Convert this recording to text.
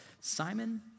Simon